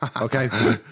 okay